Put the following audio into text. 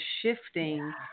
shifting